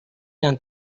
yang